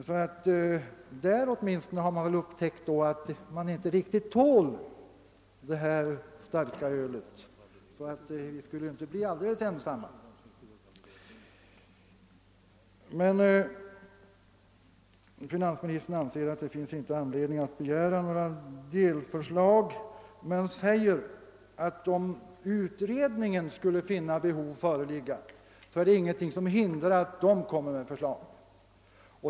Åtminstone i Tyskland har man alltså upptäckt att det inte är så ofarligt med det starka ölet, och vi skulle således inte bli ensamma, om vi vidtar åtgärder mot mellanölet. Finansministern anser det inte vara motiverat att begära några delförslag, men säger att om utredningen skulle finna behov därav föreligga, är det ingenting som hindrar att den framlägger delförslag.